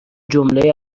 جمله